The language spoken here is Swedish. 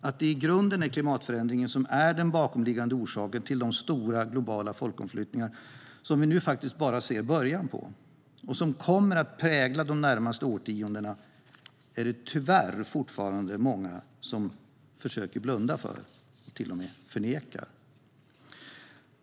Att det i grunden är klimatförändringen som är den bakomliggande orsaken till de stora globala folkomflyttningar som vi nu bara ser början på, och som kommer att prägla de närmaste årtiondena, är det tyvärr fortfarande många som försöker blunda för och till och med förnekar.